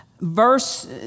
Verse